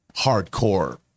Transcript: hardcore